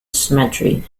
cemetery